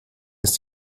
ist